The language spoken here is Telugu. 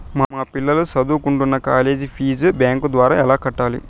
మా పిల్లలు సదువుకుంటున్న కాలేజీ ఫీజు బ్యాంకు ద్వారా ఎలా కట్టాలి?